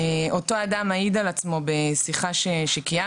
אותו אדם מעיד על עצמו בשיחה שקיימנו